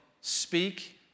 Speak